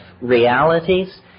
realities